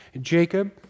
Jacob